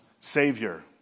Savior